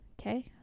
okay